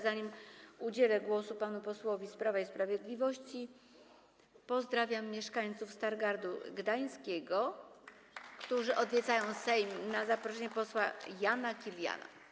Zanim udzielę głosu panu posłowi z Prawa i Sprawiedliwości, pozdrowię mieszkańców Starogardu Gdańskiego, którzy odwiedzają Sejm na zaproszenie posła Jana Kiliana.